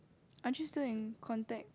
aren't you still in contact